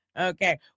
Okay